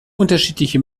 unterschiedliche